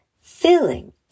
filling